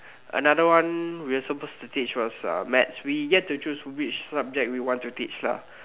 another one we are suppose to teach was uh maths we get to choose which subjects we want to teach lah